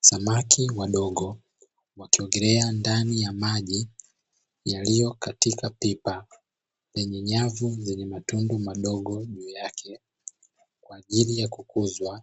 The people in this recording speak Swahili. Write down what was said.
Samaki wadogo wakiogelea ndani ya maji ,yaliyokatika pipa yenye nyavu zenye matundu madogo juu yake kwa ajili ya kukuzwa